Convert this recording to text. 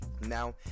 Now